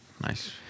Nice